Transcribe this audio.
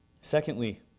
Secondly